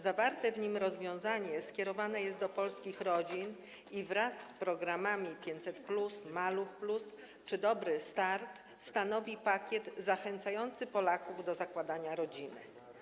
Zawarte w nim rozwiązanie skierowane jest do polskich rodzin i wraz z programami 500+, „Maluch+” czy „Dobry start” stanowi pakiet zachęcający Polaków do zakładania rodzin.